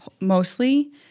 mostly